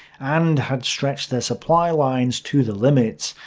and had stretched their supply lines to the limit.